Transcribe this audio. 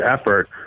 effort